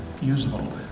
usable